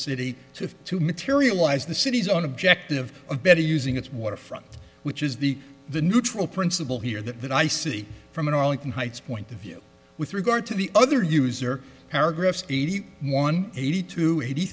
city to materialize the city's unobjective a better using its waterfront which is the the neutral principle here that i see from an arlington heights point of view with regard to the other user paragraphs eighty one eighty two eighty